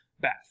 bath